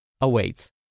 awaits